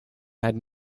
had